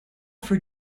for